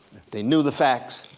they knew the facts,